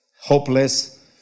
hopeless